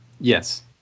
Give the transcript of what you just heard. Yes